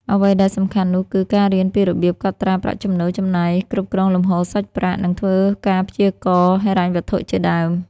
អ្វីដែលសំខាន់នោះគឺ ការរៀនពីរបៀបកត់ត្រាប្រាក់ចំណូល ចំណាយ គ្រប់គ្រងលំហូរសាច់ប្រាក់ និងធ្វើការព្យាករណ៍ហិរញ្ញវត្ថុជាដើម។